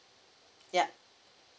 ya